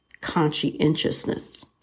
conscientiousness